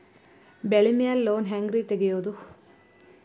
ಬೆಳಿ ಮ್ಯಾಲೆ ಲೋನ್ ಹ್ಯಾಂಗ್ ರಿ ತೆಗಿಯೋದ?